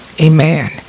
Amen